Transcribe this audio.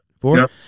Four